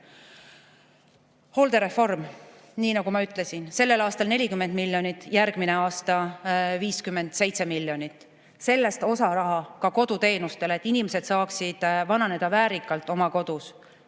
hooldereform – nii nagu ma ütlesin, sellel aastal 40 miljonit, järgmisel aastal 57 miljonit. Sellest osa raha läheb ka koduteenustele, et inimesed saaksid vananeda väärikalt oma kodus.